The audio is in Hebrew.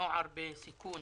נוער בסיכון